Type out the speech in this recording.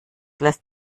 lässt